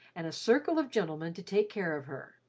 and a circle of gentlemen to take care of her,